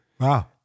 Wow